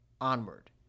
Onward